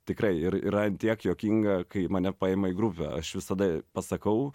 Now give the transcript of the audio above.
tikra ir yra ant tiek juokinga kai mane paima į grupę aš visada pasakau